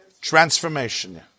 Transformation